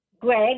Greg